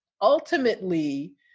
ultimately